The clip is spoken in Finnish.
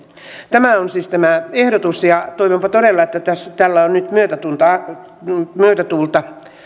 tämä on siis tämä ehdotus ja toivonpa todella että täällä on nyt myötätuulta